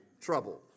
trouble